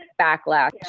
backlash